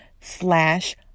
slash